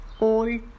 old